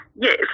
Yes